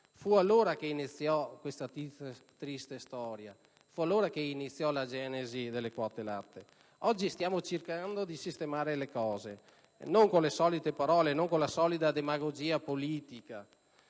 Fu allora che iniziò questa triste storia. Fu allora che iniziò la genesi delle quote latte. Oggi stiamo cercando di sistemare le cose, non con le solite parole e la solita demagogia politica,